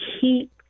keep